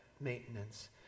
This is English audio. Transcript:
maintenance